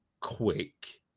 quick